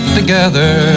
together